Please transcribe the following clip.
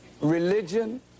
religion